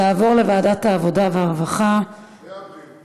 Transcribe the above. תועברנה לוועדת העבודה והרווחה, והבריאות.